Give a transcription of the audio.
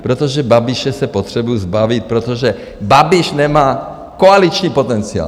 Protože Babiše se potřebují zbavit, protože Babiš nemá koaliční potenciál.